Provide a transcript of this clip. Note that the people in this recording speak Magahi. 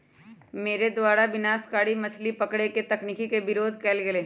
मेरे द्वारा विनाशकारी मछली पकड़े के तकनीक के विरोध कइल गेलय